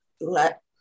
let